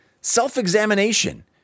Self-examination